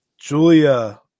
Julia